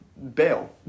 Bail